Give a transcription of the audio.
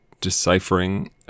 deciphering